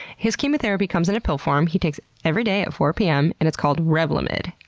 his chemotherapy comes in a pill form he takes every day at four pm and it's called revlimid.